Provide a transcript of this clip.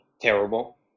terrible